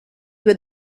due